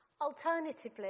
Alternatively